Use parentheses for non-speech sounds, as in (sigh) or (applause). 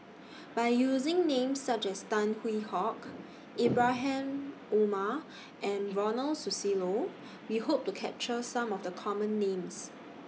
By using Names such as Tan Hwee Hock (noise) Ibrahim Omar and Ronald Susilo We Hope to capture Some of The Common Names